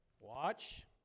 Watch